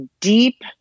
deep